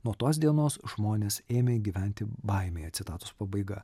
nuo tos dienos žmonės ėmė gyventi baimėje citatos pabaiga